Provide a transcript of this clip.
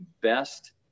best